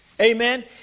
Amen